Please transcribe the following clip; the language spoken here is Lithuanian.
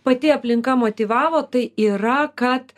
pati aplinka motyvavo tai yra kad